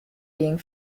being